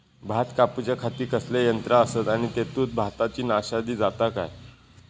भात कापूच्या खाती कसले यांत्रा आसत आणि तेतुत भाताची नाशादी जाता काय?